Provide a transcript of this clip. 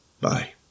Bye